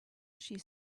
she